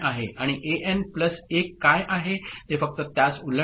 आणि A N plus 1 काय आहे ते फक्त त्यास उलट आहे